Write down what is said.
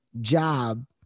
job